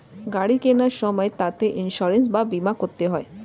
গাড়ি কেনার সময় তাতে ইন্সুরেন্স বা বীমা করতে হয়